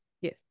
Yes